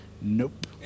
nope